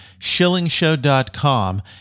shillingshow.com